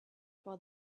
for